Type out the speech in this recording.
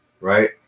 Right